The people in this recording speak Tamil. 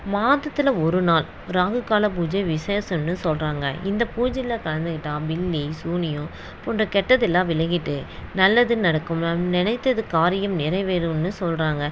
மாதத்தில் ஒரு நாள் ராகு கால பூஜை விசேஷன்னு சொல்கிறாங்க இந்தப் பூஜையில் கலந்துக்கிட்டால் பில்லி சூனியம் போன்ற கெட்டதெல்லாம் விலகிட்டு நல்லது நடக்கும் நாம் நினைத்தது காரியம் நிறைவேறுன்னு சொல்கிறாங்க